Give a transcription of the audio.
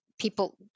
people